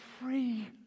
free